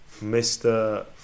Mr